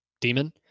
demon